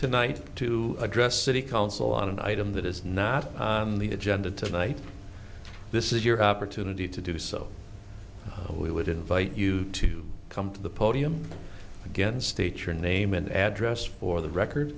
tonight to address city council on an item that is not in the agenda tonight this is your opportunity to do so we would invite you to come to the podium again state your name and address for the record